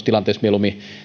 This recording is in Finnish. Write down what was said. tilanteessa